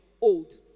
old